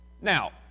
Now